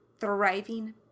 thriving